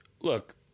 look